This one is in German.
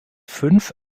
fünf